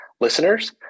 Listeners